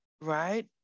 right